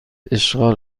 اشغال